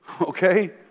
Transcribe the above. Okay